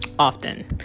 often